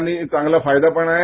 आणि चांगला फायदापण आहे